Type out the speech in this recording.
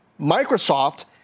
Microsoft